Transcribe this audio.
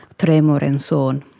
tremor and so on.